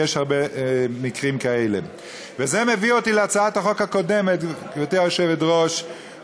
ישירות בטלפון ובמייל ובכל דבר לכל אזרח שיש לו